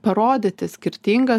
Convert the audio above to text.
parodyti skirtingas